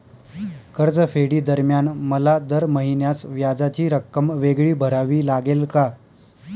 कर्जफेडीदरम्यान मला दर महिन्यास व्याजाची रक्कम वेगळी भरावी लागेल का?